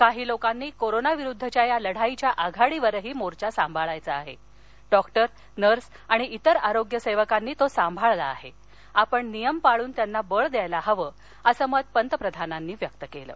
काही लोकांनी कोरोना विरुद्धच्या या लढाईच्या आघाडीवरही मोर्चा सांभाळायचा आहा ड्डॉक्टर नर्स आणि इतर आरोग्य सद्धकांनी तो सांभाळला आह आपण नियम पाळून त्यांना बळ द्यायला हव असं मत पंतप्रधानांनी व्यक्त कळि